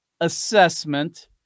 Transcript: assessment